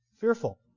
Fearful